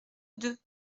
deux